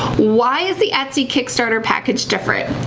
why is the etsy kickstarter package different?